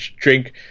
drink